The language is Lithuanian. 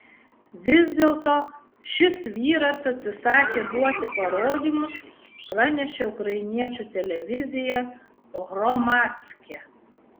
vis dėlto šis vyras atsisakė duoti parodymus pranešė ukrainiečių televizija hromadske